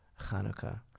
Hanukkah